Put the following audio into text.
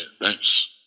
thanks